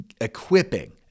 equipping